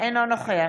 אינו נוכח